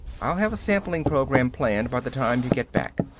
i'll have a sampling program planned by the time you get back.